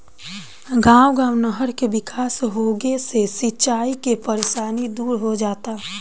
गांव गांव नहर के विकास होंगे से सिंचाई के परेशानी दूर हो जाता